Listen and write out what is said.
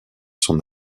son